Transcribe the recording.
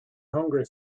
hungry